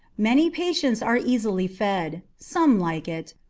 many patients are easily fed. some like it,